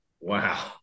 Wow